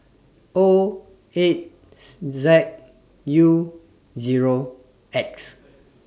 O eight Z U Zero X